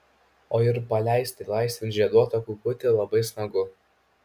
o ir paleisti laisvėn žieduotą kukutį labai smagu